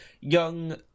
young